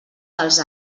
dels